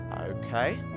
Okay